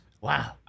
Wow